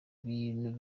bintu